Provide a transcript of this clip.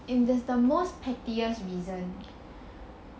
it has to be the most pettiest reason